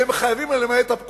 והם חייבים למלא את הפקודה,